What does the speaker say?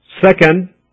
Second